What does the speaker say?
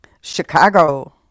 Chicago